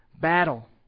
battle